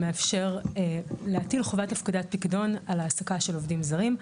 מאפשר להטיל חובת הפקדת פיקדון על העסקה של עובדים זרים.